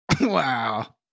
wow